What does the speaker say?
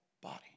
body